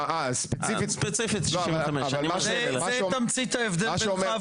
ספציפית 65. זה תמצית ההבדל בינך,